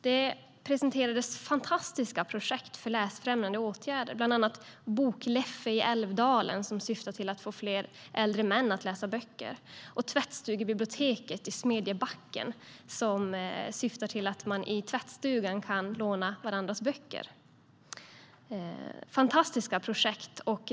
Det presenterades fantastiska projekt för läsfrämjande åtgärder, bland annat Bokleffe i Älvdalen, som syftar till att få fler äldre män att läsa böcker, och Tvättstugebiblioteket i Smedjebacken som syftar till att man kan låna varandras böcker i tvättstugan. Det är fantastiska projekt.